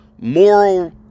moral